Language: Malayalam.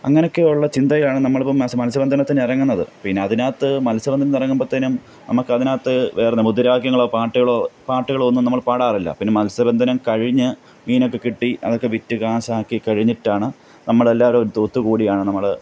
അങ്ങനെയൊക്കെയുള്ള ചിന്തകളാണ് നമ്മൾ ഇപ്പം മത്സ്യബന്ധനത്തിന് ഇറങ്ങുന്നത് പിന്നെ അതിനകത്ത് മത്സ്യബന്ധനത്തിന് ഇറങ്ങുമ്പോഴത്തേക്കും നമുക്കതിനകത്ത് വേറെയെന്താ മുദ്രാവാക്യങ്ങളോ പാട്ടുകളോ പാട്ടുകളോ ഒന്നും നമ്മൾ പാടാറില്ല പിന്നെ മൽസ്യബന്ധനം കഴിഞ്ഞ് മീനൊക്കെ കിട്ടി അതൊക്കെ വിറ്റു കാശാക്കി കഴിഞ്ഞിട്ടാണ് നമ്മളെല്ലാവരും ഒത്തുകൂടിയാണ് നമ്മൾ